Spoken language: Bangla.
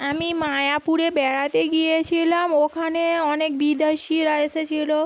আমি মায়াপুরে বেড়াতে গিয়েছিলাম ওখানে অনেক বিদেশিরা এসেছিলো